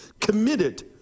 committed